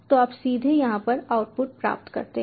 तो आप सीधे यहाँ पर आउटपुट प्राप्त करते हैं